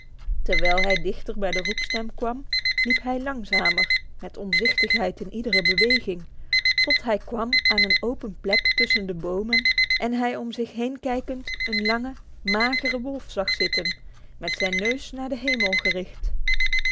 terwijl hij dichter bij de roepstem kwam liep hij langzamer met omzichtigheid in iedere beweging tot hij kwam aan een open plek tussen de bomen en om zich heen kijkend een lange magere wolf zag zitten met zijn neus naar de hemel gericht